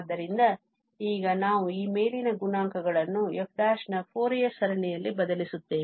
ಆದ್ದರಿಂದ ಈಗ ನಾವು ಈ ಮೇಲಿನ ಗುಣಾಂಕ ಗಳನ್ನು f ನ ಫೋರಿಯರ್ ಸರಣಿಯಲ್ಲಿ ಬದಲಿಸುತ್ತೇವೆ